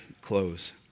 close